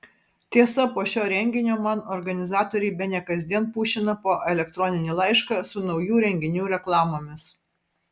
tiesa po šio renginio man organizatoriai bene kasdien pušina po elektroninį laišką su naujų renginių reklamomis